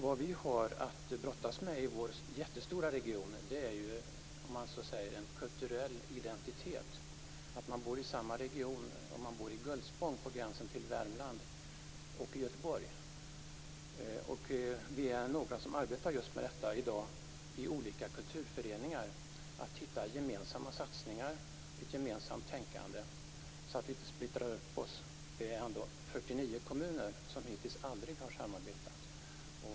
Vad vi har att brottas med i vår jättestora region är en kulturell identitet. Man bor i samma region om man bor i Gullspång på gränsen till Värmland eller om man bor i Göteborg. Vi är några som i olika kulturföreningar just arbetar med att hitta gemensamma satsningar och ett gemensamt tänkande, så att vi inte splittrar upp oss. Det är ändå 49 kommuner som hittills aldrig har samarbetet.